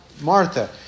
Martha